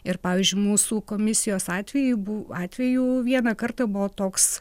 ir pavyzdžiui mūsų komisijos atveju bu atvejų vieną kartą buvo toks